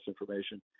information